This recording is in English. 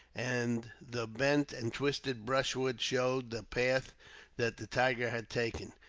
and the bent and twisted brushwood showed the path that the tiger had taken.